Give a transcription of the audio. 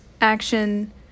action